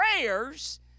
prayers